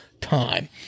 Time